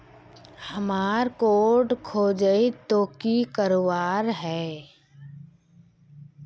हमार कार्ड खोजेई तो की करवार है?